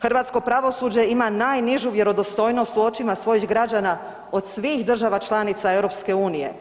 Hrvatsko pravosuđe ima najnižu vjerodostojnost u očima svojih građana od svih državama članica EU.